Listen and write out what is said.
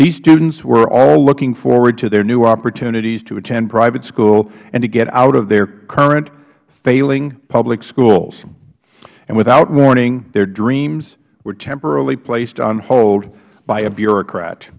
these students were all looking forward to their new opportunities to attend private school and to get out of their current failing public schools and without warning their dreams were temporarily places on hold by a bureaucrat